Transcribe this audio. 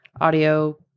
audio